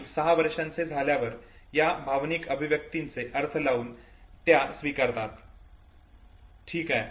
आणि सहा वर्षांचे झाल्यावर या भावनिक अभिव्यक्तींचे अर्थ लावून त्या स्वीकारतात ठीक आहे